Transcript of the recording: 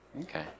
okay